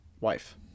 wife